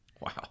Wow